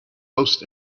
most